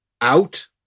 out